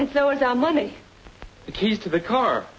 and so it's our money the keys to the car